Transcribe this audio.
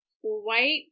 white